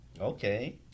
Okay